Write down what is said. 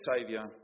saviour